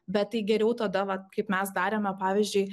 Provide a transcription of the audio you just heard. bet tai geriau tada vat kaip mes darėme pavyzdžiui